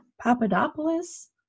Papadopoulos